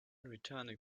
returning